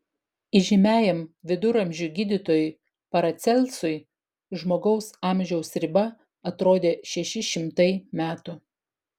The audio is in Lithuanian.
įžymiajam viduramžių gydytojui paracelsui žmogaus amžiaus riba atrodė šeši šimtai metų